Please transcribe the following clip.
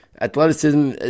Athleticism